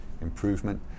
improvement